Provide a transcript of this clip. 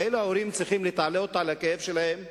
כאילו ההורים צריכים להתעלות על הכאב שלהם,